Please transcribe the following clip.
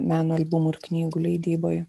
meno albumų ir knygų leidyboj